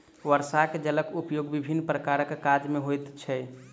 वर्षाक जलक उपयोग विभिन्न प्रकारक काज मे होइत छै